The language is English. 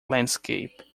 landscape